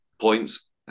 points